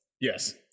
Yes